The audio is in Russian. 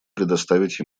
предоставить